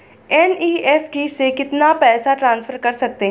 NEFT से कितना पैसा ट्रांसफर कर सकते हैं?